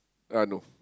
uh no